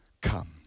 come